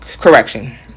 correction